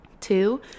Two